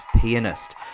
Pianist